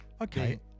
Okay